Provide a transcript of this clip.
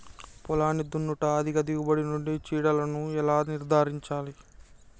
పొలాన్ని దున్నుట అధిక దిగుబడి నుండి చీడలను ఎలా నిర్ధారించాలి?